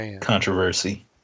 controversy